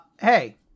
hey